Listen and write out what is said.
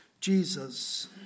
Jesus